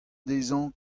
dezhañ